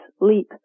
leap